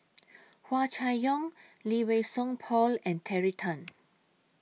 Hua Chai Yong Lee Wei Song Paul and Terry Tan